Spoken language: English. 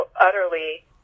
utterly